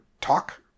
talk